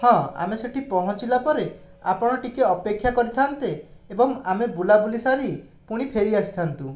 ହଁ ଆମେ ସେଠି ପହଁଞ୍ଚିଲା ପରେ ଆପଣ ଟିକେ ଅପେକ୍ଷା କରିଥାନ୍ତେ ଏବଂ ଆମେ ବୁଲାବୁଲି ସାରି ପୁଣି ଫେରି ଆସିଥାନ୍ତୁ